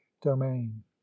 domain